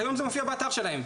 כיום זה מופיע באתר שלהם.